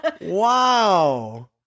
Wow